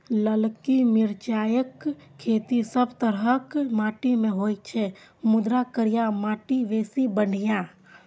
ललकी मिरचाइक खेती सब तरहक माटि मे होइ छै, मुदा करिया माटि बेसी बढ़िया